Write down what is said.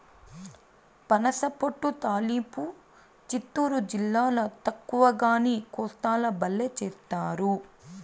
పనసపొట్టు తాలింపు చిత్తూరు జిల్లాల తక్కువగానీ, కోస్తాల బల్లే చేస్తారు